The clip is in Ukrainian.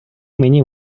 мені